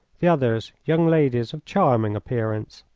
the others, young ladies of charming appearance.